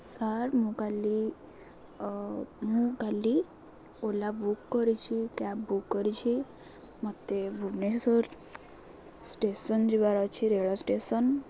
sir ମୁଁ କାଲି ମୁଁ କାଲି ଓଲା ବୁକ୍ କରିଛି କ୍ୟାବ୍ ବୁକ୍ କରିଛି ମୋତେ ଭୁବନେଶ୍ୱର ଷ୍ଟେସନ୍ ଯିବାର ଅଛି ରେଳ ଷ୍ଟେସନ୍